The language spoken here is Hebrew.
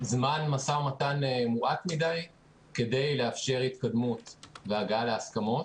זמן משא ומתן מועט מדי כדי לאפשר התקדמות והגעה להסכמות,